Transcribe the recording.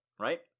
right